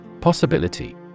Possibility